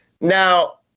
Now